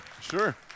sure